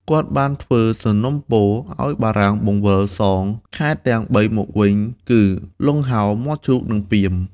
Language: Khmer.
គាត់បានធ្វើសំណូមពរឱ្យបារាំងបង្វិលសងខេត្តទាំងបីមកវិញ គឺលង់ហោរ មាត់ជ្រូក និងពាម។